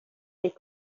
est